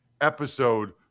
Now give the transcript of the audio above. episode